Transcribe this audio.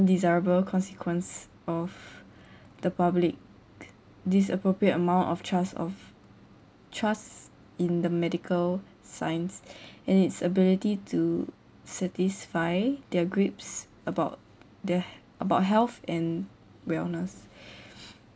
undesirable consequence of the public disappropriate amount of trust of trust in the medical science and its ability to satisfy their gripes about their h~ about health and wellness